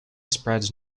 spreads